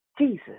Jesus